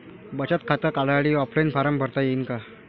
बचत खातं काढासाठी ऑफलाईन फारम भरता येईन का?